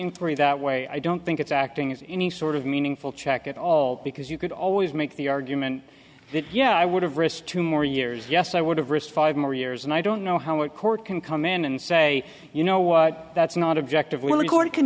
inquiry that way i don't think it's acting as any sort of meaningful check at all because you could always make the argument that yeah i would have risked two more years yes i would have risked five more years and i don't know how our court can come in and say you know what that's not objective